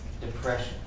depression